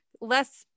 less